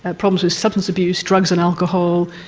ah problems with substance abuse, drugs and alcohol,